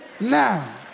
now